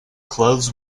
clothes